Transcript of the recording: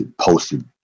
posted